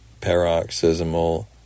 paroxysmal